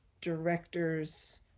director's